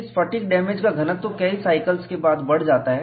इस fatigue damage का घनत्व कई साइकिल्स के बाद बढ़ जाता है